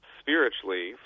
spiritually